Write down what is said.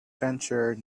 venture